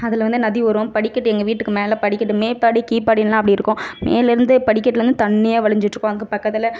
அதில் வந்து நதி வரும் படிக்கட்டு எங்கள் வீட்டுக்கு மேலே படிக்கட்டு மேப்படி கீப்படி அப்படிலாம் இருக்கும் மேலேருந்து படிக்கட்டுலருந்து தண்ணியாக வழிஞ்சிகிட்டு இருக்கும் அங்கே பக்கத்தில்